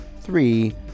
three